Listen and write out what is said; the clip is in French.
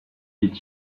est